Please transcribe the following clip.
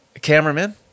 cameraman